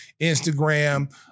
Instagram